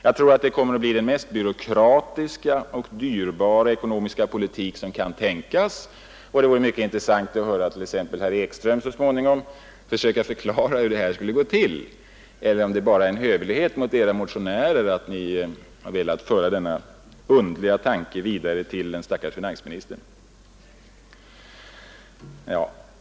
Jag tror att det kommer att bli den mest byråkratiska och dyrbara ekonomiska politik som kan tänkas, och det vore mycket intressant att så småningom få höra herr Ekström förklara hur det här skulle gå till. Eller är det bara en hövlighet mot era motionärer att ni velat föra denna underliga tanke vidare till den stackars finansministern?